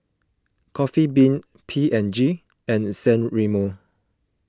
Coffee Bean P and G and San Remo